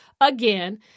again